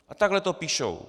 A takhle to píšou.